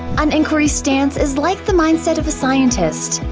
an inquiry stance is like the mindset of a scientist.